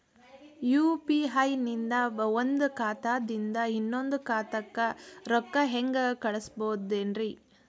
UPI ನಿಂದ ಒಂದ್ ಖಾತಾದಿಂದ ಇನ್ನೊಂದು ಖಾತಾಕ್ಕ ರೊಕ್ಕ ಹೆಂಗ್ ಕಳಸ್ಬೋದೇನ್ರಿ?